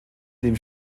dem